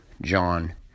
John